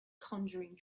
conjuring